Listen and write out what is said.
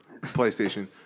PlayStation